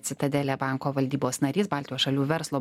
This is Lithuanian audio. citadele banko valdybos narys baltijos šalių verslo